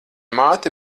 māte